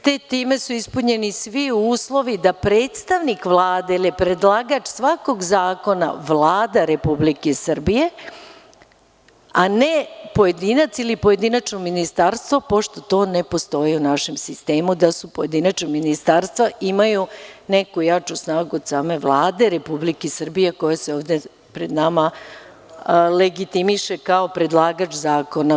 Time su ispunjeni svi uslovi da predstavnik Vlade, jer je predlagač svakog zakona Vlada Republike Srbije, a ne pojedinac ili pojedinačno ministarstvo, pošto to ne postoji u našem sistemu da pojedinačna ministarstva imaju neku jaču snagu od same Vlade Republike Srbije koja se ovde pred nama legitimiše kao predlagač zakona.